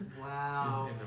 Wow